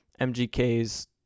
MGK's